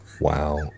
wow